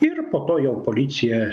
ir po to jau policija